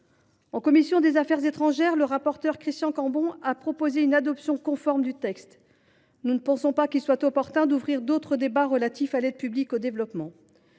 la commission des affaires étrangères, le rapporteur Christian Cambon a proposé une adoption conforme du texte. Nous ne pensons pas qu’il soit opportun d’ouvrir d’autres débats relatifs à l’aide publique au développement.